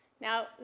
Now